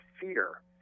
fear